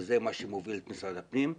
וזה מה שמוביל את משרד הפנים.